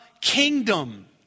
kingdom